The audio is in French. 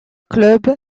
club